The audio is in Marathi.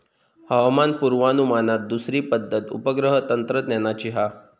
हवामान पुर्वानुमानात दुसरी पद्धत उपग्रह तंत्रज्ञानाची हा